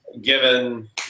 given